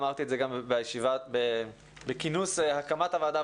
אמרתי את זה גם בכינוס הקמת הוועדה,